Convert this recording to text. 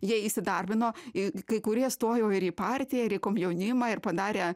jie įsidarbino i kai kurie stojo ir į partiją ir į komjaunimą ir padarė